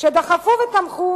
שדחפו ותמכו